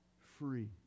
free